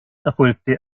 erfolgte